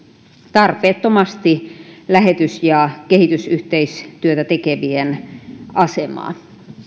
tarpeettomasti lähetys ja kehitysyhteistyötä tekevien asemaa